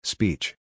Speech